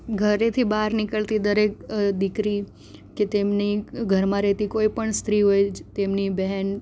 ઘરેથી બહાર નીકળતી દરેક દીકરી કે તેમની ઘરમાં રહેતી કોઈ પણ સ્ત્રી હોય તેમની બહેન